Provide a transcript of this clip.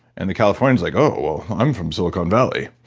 and the californian's like, oh, well i'm from silicon valley.